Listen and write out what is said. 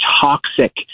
toxic